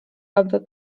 aby